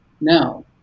Now